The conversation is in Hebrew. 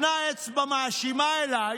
הפנה אצבע מאשימה אליי